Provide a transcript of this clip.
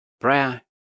prayer